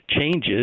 changes